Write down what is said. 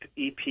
EP